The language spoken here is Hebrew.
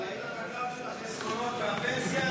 ראית את הגרף של החסכונות והפנסיה?